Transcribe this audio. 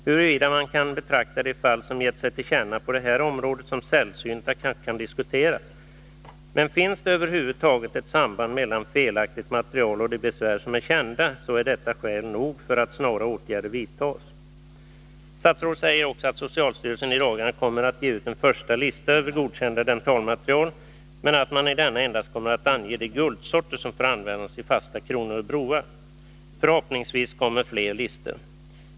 Huruvida man kan betrakta de fall som gett sig till känna på det här området som ”sällsynta” kanske kan diskuteras, men finns det över huvud taget något samband mellan felaktigt material och de besvär som är kända, är detta skäl nog för att snara åtgärder bör vidtas. Statsrådet säger också: ”Socialstyrelsen kommer att i dagarna ge ut en första lista över godkända dentalmaterial” , men att i denna endast kommer att anges de guldsorter som ”får användas i fasta kronor och broar”. Förhoppningsvis kommer det fler listor.